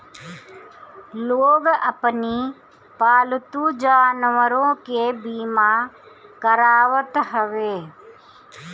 लोग अपनी पालतू जानवरों के बीमा करावत हवे